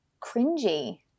cringy